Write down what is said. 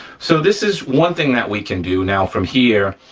so this is one thing that we can do. now from here,